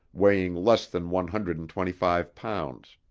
weighing less than one hundred and twenty-five pounds.